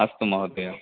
अस्तु महोदय